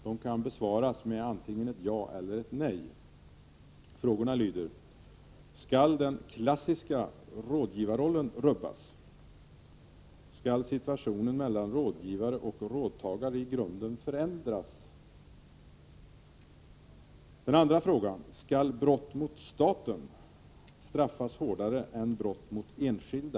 De kan besvaras med antingen ett ja eller ett nej. Frågorna lyder: Skall den klassiska rådgivarrollen rubbas, och skall situationen mellan rådgivare och rådtagare i grunden förändras? Skall brott mot staten straffas hårdare än brott mot enskilda?